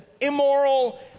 immoral